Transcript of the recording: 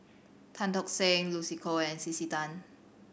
Tan Tock Seng Lucy Koh and C C Tan